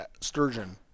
sturgeon